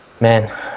Man